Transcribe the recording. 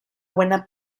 buena